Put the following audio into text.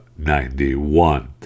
91